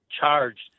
charged